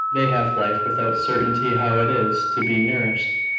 they have life, without certainty how it is to be nourished.